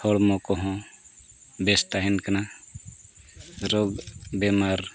ᱦᱚᱲᱢᱚ ᱠᱚᱦᱚᱸ ᱵᱮᱥ ᱛᱟᱦᱮᱱ ᱠᱟᱱᱟ ᱨᱳᱜᱽ ᱵᱤᱢᱟᱨ